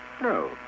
No